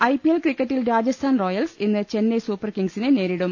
IPL ക്രിക്കറ്റിൽ Rajasthan Royals ഇന്ന് Chennai super കിംഗ്സിനെ നേരിടും